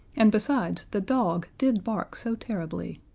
and, besides, the dog did bark so terribly.